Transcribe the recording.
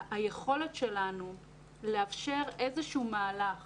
היכולת שלנו לאפשר איזשהו מהלך